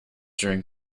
during